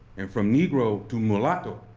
and from negro to mulatto.